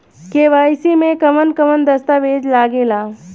KYC में कवन कवन दस्तावेज लागे ला?